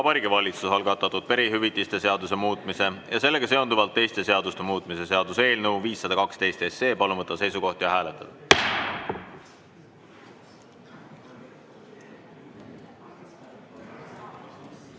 Vabariigi Valitsuse algatatud perehüvitiste seaduse muutmise ja sellega seonduvalt teiste seaduste muutmise seaduse eelnõu 512. Palun võtta seisukoht ja hääletada!